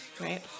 right